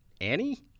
Annie